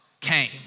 came